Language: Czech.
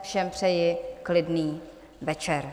Všem přeji klidný večer.